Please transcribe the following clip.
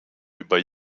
über